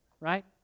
right